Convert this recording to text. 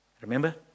remember